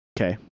Okay